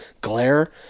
glare